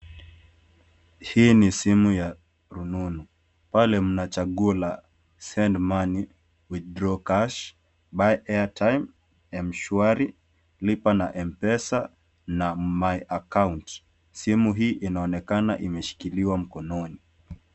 Hii ni simu ya rununu. Pale mnachagula, send money, withdraw cash, buy airtime Mshwari, lipa na M-pesa na my account . Simu hii inaonekana imeshikiliwa mkononi.